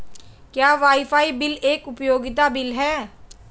क्या wifi bill एक उपयोगिता बिल है?